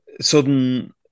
sudden